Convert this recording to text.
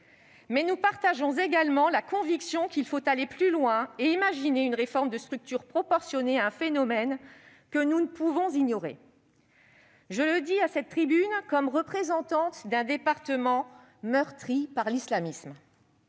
mais nous partageons également la conviction qu'il faut aller plus loin et imaginer une réforme de structure proportionnée à un phénomène que nous ne pouvons ignorer. Je le dis à cette tribune comme représentante d'un département meurtri par l'islamisme.